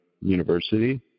university